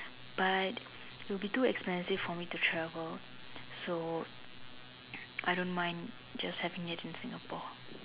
but will be too expensive for me to travel so I don't mind just having it in Singapore